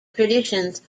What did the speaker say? traditions